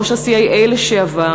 ראש ה-CIA לשעבר,